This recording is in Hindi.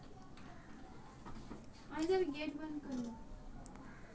बैंक खाता खोलने के लिए ज़रूरी दस्तावेज़ कौन कौनसे हैं?